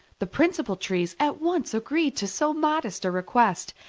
the principal trees at once agreed to so modest a request,